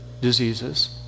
diseases